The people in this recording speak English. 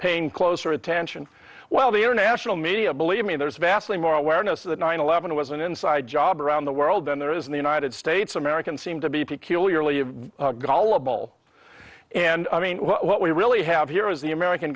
paying closer attention well the international media believe me there's vastly more awareness that nine eleven was an inside job around the world than there is in the united states americans seem to be peculiarly gullible and i mean what we really have here is the american